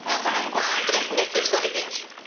ମୁଁ ଆପଣଙ୍କୁ address message କରିଦେଇଛି